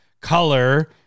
color